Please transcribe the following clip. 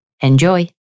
Enjoy